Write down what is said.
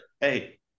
Hey